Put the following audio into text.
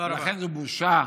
לכן זה בושה,